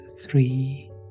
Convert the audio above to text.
three